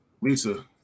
lisa